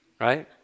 Right